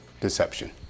Deception